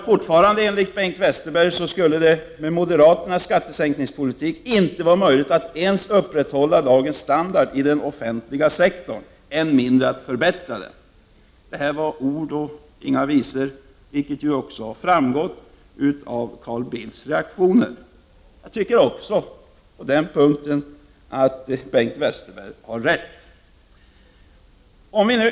Fortfarande enligt Bengt Westerberg skulle det med moderaternas skattesänkningspolitik ”inte vara möjligt att ens upprätthålla dagens standard i den offentliga sektorn, än mindre att förbättra den”. Detta är ord och inga visor, vilket ju också framgått av Carl Bildts reaktioner på artikeln. Jag tycker att Bengt Westerberg har rätt på den punkten.